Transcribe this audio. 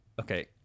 Okay